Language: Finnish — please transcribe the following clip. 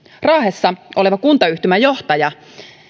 raahessa oleva kuntayhtymäjohtaja